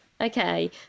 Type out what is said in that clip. okay